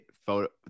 photo